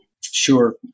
Sure